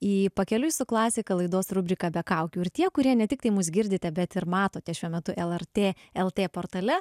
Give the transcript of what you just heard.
į pakeliui su klasika laidos rubrika be kaukių ir tie kurie ne tiktai mus girdite bet ir matote šiuo metu el er tė el tė portale